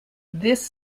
this